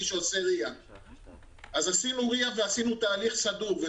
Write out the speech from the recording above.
שעושה RIA. אז עשינו RIA ועשינו תהליך סדור וארוך,